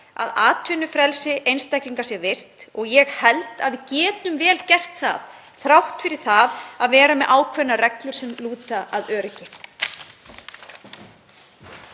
að atvinnufrelsi einstaklinga sé virt. Ég held að við getum vel gert það þrátt fyrir að vera með ákveðnar reglur sem lúta að öryggi.